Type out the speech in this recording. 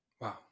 Wow